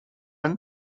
one